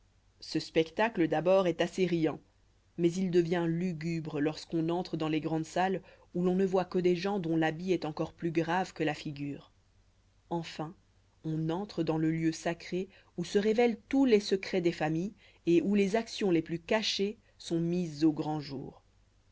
ce spectacle d'abord est assez riant mais il devient lugubre lorsqu'on entre dans les grandes salles où l'on ne voit que des gens dont l'habit est encore plus grave que la figure enfin on entre dans le lieu sacré où se révèlent tous les secrets des familles et où les actions les plus cachées sont mises au grand jour